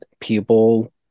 People